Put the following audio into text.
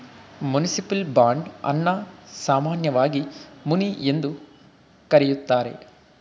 municipal bond ಅನ್ನ ಸಾಮಾನ್ಯವಾಗಿ muni ಎಂದು ಕರೆಯುತ್ತಾರೆ